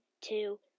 two